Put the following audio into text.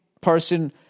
person